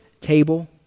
table